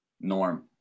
norm